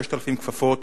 6,000 כפפות